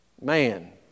Man